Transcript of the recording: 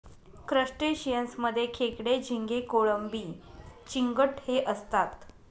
crustaceans मध्ये खेकडे, झिंगे, कोळंबी, चिंगट हे असतात